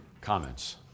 comments